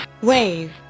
Wave